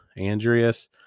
Andreas